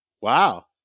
Wow